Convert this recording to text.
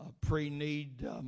pre-need